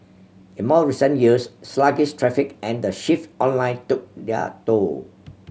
in more recent years sluggish traffic and the shift online took their toll